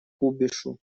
кубишу